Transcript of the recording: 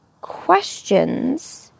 questions